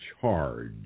charge